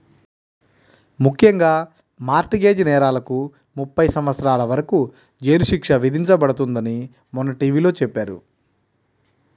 ముఖ్యంగా mortgage నేరాలకు ముప్పై సంవత్సరాల వరకు జైలు శిక్ష విధించబడుతుందని మొన్న టీ.వీ లో చెప్పారు